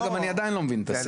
אגב, אני עדיין לא מבין את הסעיף.